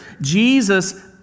Jesus